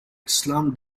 islam